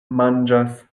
manĝas